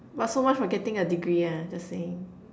but so much for getting a degree lah just saying